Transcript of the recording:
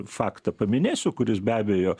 faktą paminėsiu kuris be abejo